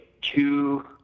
two